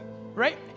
Right